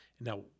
Now